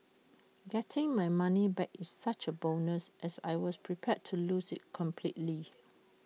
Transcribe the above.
getting my money back is such A bonus as I was prepared to lose IT completely